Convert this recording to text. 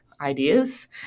ideas